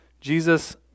Jesus